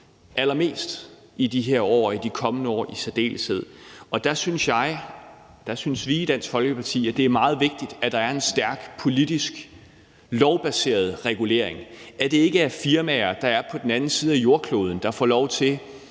allermest i de her år og i de kommende år i særdeleshed. Og der synes jeg og der synes vi i Dansk Folkeparti, at det er meget vigtigt, at der er en stærk politisk lovbaseret regulering – at det ikke er firmaer, der er på den anden side af jordkloden, der får lov til